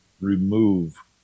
remove